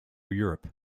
europe